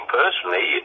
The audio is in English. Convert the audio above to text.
personally